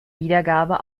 wiedergabe